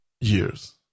years